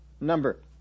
number